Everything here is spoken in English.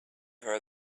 her